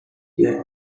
yet